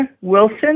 Wilson